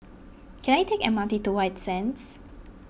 can I take M R T to White Sands